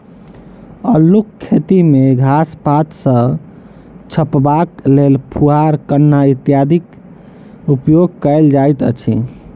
अल्लूक खेती मे घास पात सॅ झपबाक लेल पुआर, कन्ना इत्यादिक उपयोग कयल जाइत अछि